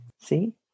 see